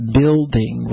building